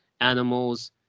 animals